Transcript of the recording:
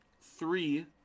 three